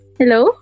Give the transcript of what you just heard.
hello